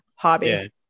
hobby